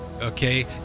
okay